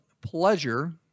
pleasure